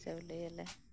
ᱪᱟᱣᱞᱮ ᱟᱞᱮ